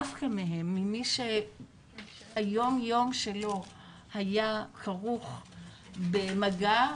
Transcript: דווקא מהם-מי שהיום יום שלו היה כרוך במגע,